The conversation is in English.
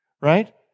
right